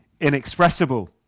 inexpressible